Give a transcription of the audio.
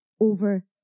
over